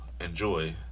enjoy